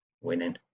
winning